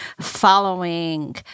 following